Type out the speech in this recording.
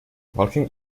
walking